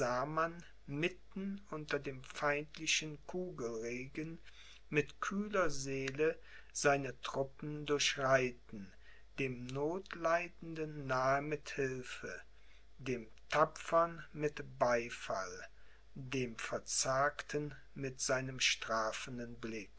mitten unter dem feindlichen kugelregen mit kühler seele seine truppen durchreiten dem notleidenden nahe mit hilfe dem tapfern mit beifall dem verzagten mit seinem strafenden blick